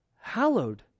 hallowed